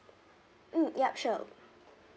mm ya sure